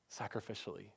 sacrificially